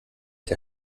der